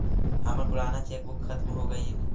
हमर पूराना cheque book खत्म हो गईल